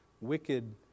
wicked